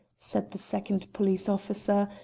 said the second police officer,